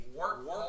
work